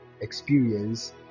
experience